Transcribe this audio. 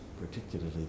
particularly